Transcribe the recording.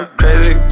crazy